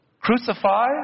Crucify